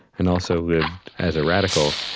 and also lived as a radical,